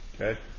Okay